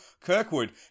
Kirkwood